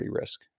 risk